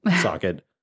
socket